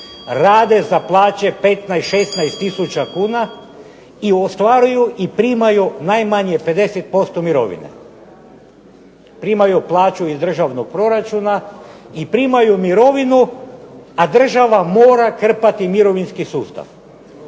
rade za plaće 15, 16 tisuća kuna i ostvaruju i primaju najmanje 50% mirovine. Primaju plaću iz državnog proračuna i primaju mirovinu, a država mora krpati mirovinski sustav.